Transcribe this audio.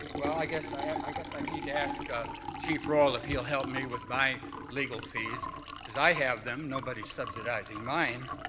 well, i guess i i guess i need to ask ah chief rolle if he'll help me with my legal fees because i have them, nobody's subsidizing mine.